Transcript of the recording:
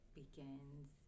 begins